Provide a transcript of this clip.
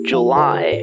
July